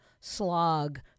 slog